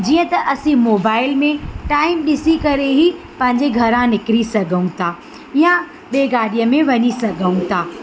जीअं त असी मोबाइल में टाइम ॾिसी करे ई पंहिंजे घरां निकिरी सघऊं था या ॿिए गाॾीअ में वञी सघऊं था